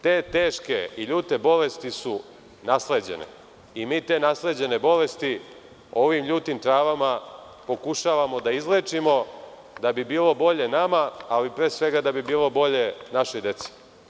Te teške i ljute bolesti su nasleđene i mi te nasleđene bolesti ovim ljutim travama pokušavamo da izlečimo, da bi bilo bolje nama, ali pre svega da bi bilo bolje našoj deci.